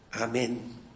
Amen